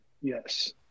yes